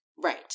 Right